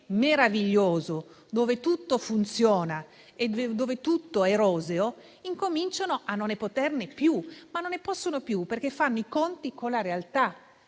meraviglioso, dove tutto funziona e tutto è roseo, incominciano a non poterne più, ma non ne possono più perché fanno i conti con la realtà,